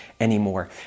anymore